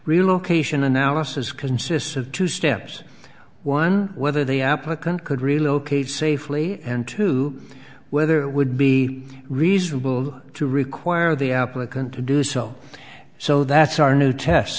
relocation analysis consists of two steps one whether the applicant could relocate safely and two whether it would be reasonable to require the applicant to do so so that's our new test